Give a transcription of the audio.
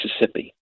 Mississippi